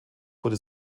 wurde